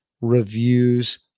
Reviews